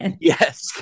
yes